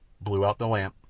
blew out the lamp,